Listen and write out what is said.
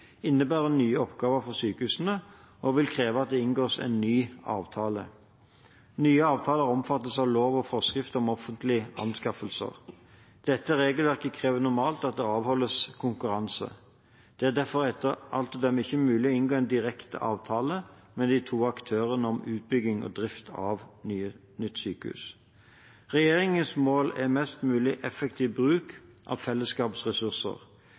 innebærer nye oppgaver for sykehusene og vil kreve at det inngås en ny avtale. Nye avtaler omfattes av lov og forskrift om offentlige anskaffelser. Dette regelverket krever normalt at det avholdes konkurranse. Det er derfor etter alt å dømme ikke mulig å inngå en direkte avtale med de to aktørene om utbygging og drift av et nytt sykehus. Regjeringens mål er mest mulig effektiv bruk av